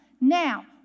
Now